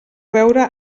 veure